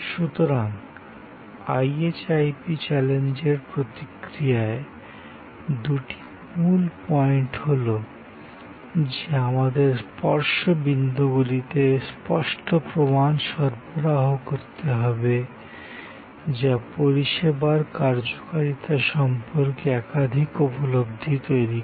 সুতরাং IHIP চ্যালেঞ্জের প্রতিক্রিয়ায় দুটি মূল পয়েন্ট হল যে আমাদের স্পর্শ বিন্দুগুলিতে স্পষ্ট প্রমাণ সরবরাহ করতে হবে যা পরিষেবার কার্যকারিতা সম্পর্কে একাধিক উপলব্ধি তৈরি করে